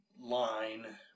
line